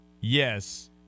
Yes